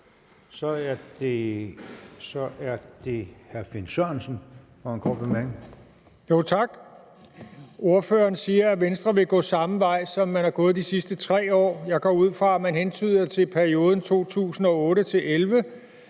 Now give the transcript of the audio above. Kl. 09:38 Finn Sørensen (EL): Tak. Ordføreren siger, at Venstre vil gå samme vej, som man er gået de sidste 3 år. Jeg går ud fra, at man hentyder til perioden 2008-2011,